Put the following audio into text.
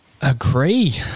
Agree